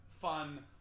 fun